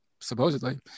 supposedly